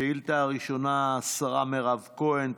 שאילתה ראשונה, השרה מירב כהן